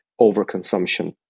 overconsumption